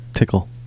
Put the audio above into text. Tickle